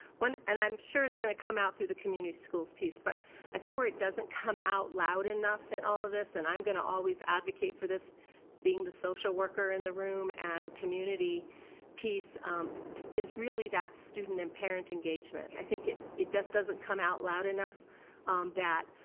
and i'm sure it's gonna come out through the community schools piece, but i think where it doesn't come out loud enough in all of this and i'm gonna always advocate for this being the social worker in the room and community piece is really that student and parent engagement. i think it it just doesn't come out loud enough that